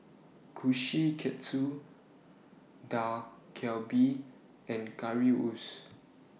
Kushikatsu Dak Galbi and Currywurst